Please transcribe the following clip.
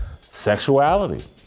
sexuality